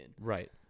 Right